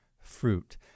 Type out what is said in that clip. fruit